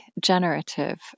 generative